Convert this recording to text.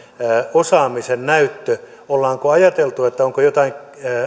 osaamisen näyttö ollaanko ajateltu onko jotain